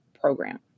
program